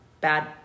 bad